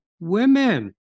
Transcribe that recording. women